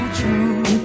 true